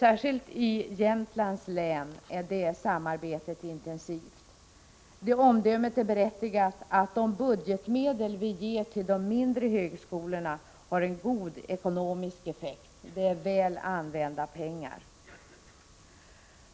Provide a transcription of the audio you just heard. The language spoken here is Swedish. Särskilt i Jämtlands län är det samarbetet intensivt. Att de budgetmedel som anslås till de mindre högskolorna har en god ekonomisk effekt är ett berättigat omdöme. Det är väl använda pengar.